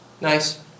nice